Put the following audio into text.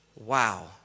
wow